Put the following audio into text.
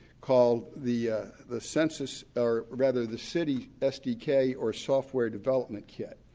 called the the census, or rather the city sdk or software development kit.